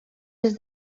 des